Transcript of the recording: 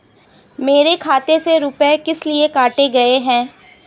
मेरे खाते से रुपय किस लिए काटे गए हैं?